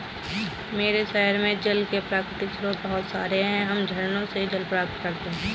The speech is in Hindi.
मेरे शहर में जल के प्राकृतिक स्रोत बहुत सारे हैं हम झरनों से जल प्राप्त करते हैं